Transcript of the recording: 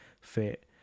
fit